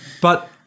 But-